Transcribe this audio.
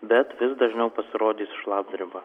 bet vis dažniau pasirodys šlapdriba